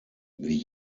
wie